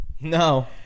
No